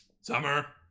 Summer